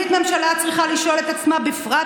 ומה מגדיר את סולם הערכים שלך, חבר הכנסת זוהר?